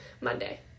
Monday